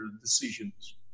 decisions